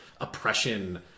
oppression